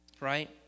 right